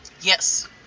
Yes